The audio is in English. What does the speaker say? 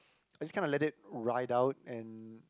I just kind of let it ride out and